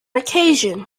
occasion